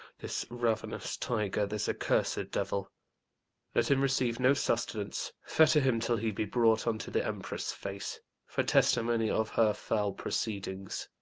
this ravenous tiger, this accursed devil let him receive no sust'nance, fetter him, till he be brought unto the empress' face for testimony of her foul proceedings.